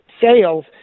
sales